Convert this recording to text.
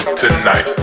tonight